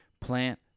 Plant